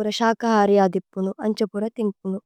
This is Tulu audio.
പ്രഏലേച്തിഓന്।